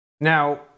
Now